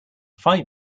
five